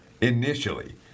initially